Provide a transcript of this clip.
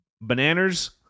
Bananas